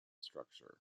structure